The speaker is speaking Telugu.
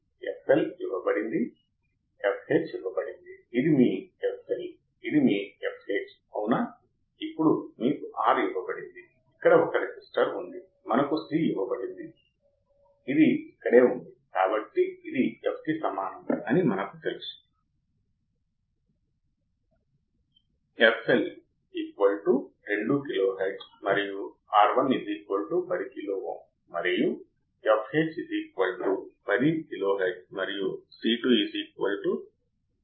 ఎందుకంటే నేను ఏ వోల్టేజ్ అప్లై చేసినా అవుట్పుట్ అదే వోల్టేజ్ ను నిర్వహించడానికి ప్రయత్నిస్తుంది ఏదైతే ఇన్పుట్ కి అనువర్తించించబడిందో కాబట్టి ఇది నా వోల్టేజ్ ఫాలోవర్ గా మారుతుంది ఇది ఇన్పుట్ వద్ద వోల్టేజ్ను అనుసరిస్తుంది లేదా దీనిని బఫర్ అని కూడా పిలుస్తారు ఐతే ఇక్కడ మన దగ్గర ఒక బఫర్ Vin ని సరిహద్దు చేయకుండా V లోకి ఏ కరెంటు అయినా లోడ్ చేయగలదు సరే V వద్ద sourcing op amp output terminal current లేని ఇన్పుట్లను ఇష్టపడదు అంటే మనం చూసిన బంగారు నియమాలలో మనం చూసినది ఏమిటంటే ఇన్పుట్ కరెంట్ను డ్రా చేయదు సరే